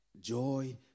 Joy